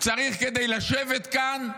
צריך כדי לשבת כאן,